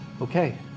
Okay